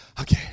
Okay